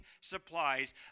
supplies